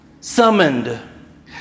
summoned